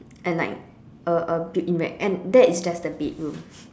and like a a beanbag and that is just the bedroom